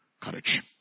Courage